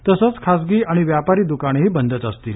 तसंच खासगी आणि व्यापारी दुकानेही बंदच असतील